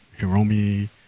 Hiromi